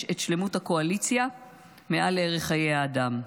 את שלמות הקואליציה מעל ערך חיי האדם.